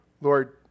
Lord